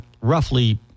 roughly